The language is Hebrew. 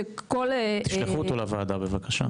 תשלחו אותו לוועדה, בבקשה.